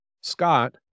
Scott